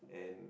and